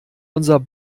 unser